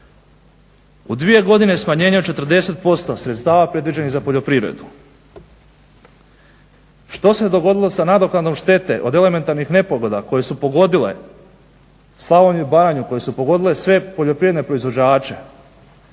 U dvije godine smanjenja 40% sredstava predviđenih za poljoprivredu. Što se dogodilo na nadoknadom štete od elementarnih nepogoda koje su pogodile Slavoniju, Baranju, koje su pogodile sve poljoprivredne proizvođače?